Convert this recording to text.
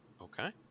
Okay